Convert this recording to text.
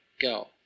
go